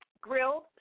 grilled